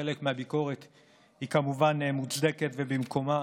חלק מהביקורת היא כמובן מוצדקת ובמקומה,